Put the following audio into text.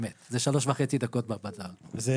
תוך שלוש וחצי דקות כבר --- זהו.